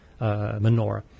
menorah